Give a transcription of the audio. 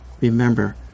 remember